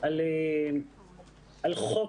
על חוק,